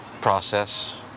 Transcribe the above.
process